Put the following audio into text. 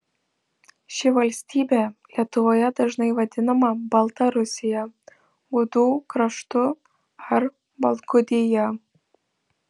ši valstybė lietuvoje dažnai vadinama baltarusija gudų kraštu ar baltgudija